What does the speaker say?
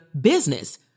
business